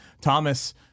Thomas